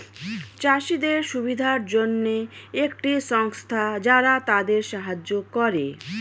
চাষীদের সুবিধার জন্যে একটি সংস্থা যারা তাদের সাহায্য করে